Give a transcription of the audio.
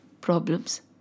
problems